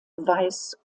weiß